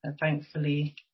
Thankfully